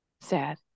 Sad